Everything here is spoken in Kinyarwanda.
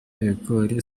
ibigori